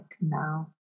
now